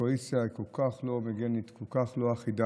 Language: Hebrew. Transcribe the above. הקואליציה היא כל כך לא הומוגנית, כל כך לא אחידה,